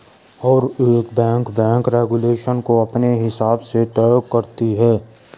हर एक bank bank regulation को अपने हिसाब से तय करती है